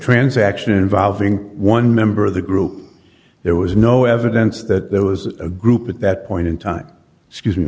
transaction involving one member of the group there was no evidence that there was a group at that point in time